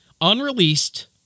unreleased